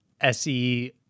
se